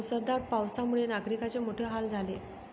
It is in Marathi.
मुसळधार पावसामुळे नागरिकांचे मोठे हाल झाले